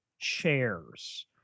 chairs